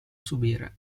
subire